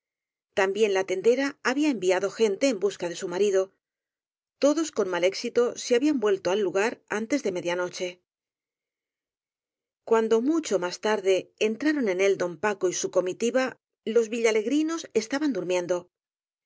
también la tendera había enviado gente en busca de su marido todos con mal éxito se habían vuelto al lugar antes de media noche cuando mucho más tarde entraron en él don paco y su comitiva los villalegrinos estaban